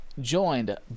joined